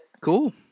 Cool